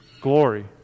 glory